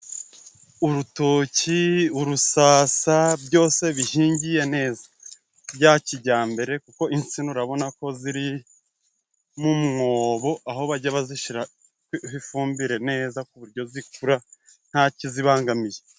Urutoki, urusasa byose bihingiye neza bya kijyambere, kuko insina urabona ko ziri mu mwobo, aho bajya bazishiraho ifumbire neza, ku buryo zikura nta kizibangamiye.